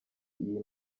iyi